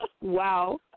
Wow